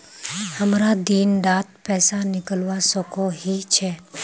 हमरा दिन डात पैसा निकलवा सकोही छै?